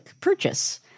purchase